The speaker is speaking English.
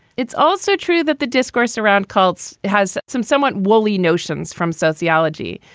it's also true that the discourse around cults has some somewhat woolly notions from sociology.